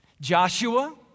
Joshua